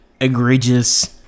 egregious